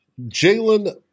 Jalen